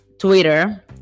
Twitter